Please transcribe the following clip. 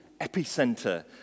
epicenter